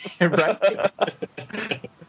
right